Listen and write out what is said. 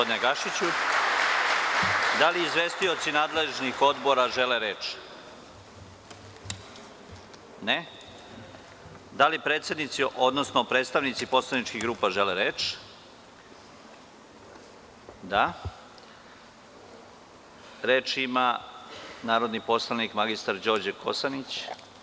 Da li izvestioci nadležnih odbora žele reč? (Ne) Da li predsednici, odnosno predstavnici poslaničkih grupa žele reč? (Da) Reč ima narodni poslanik Đorđe Kosanić.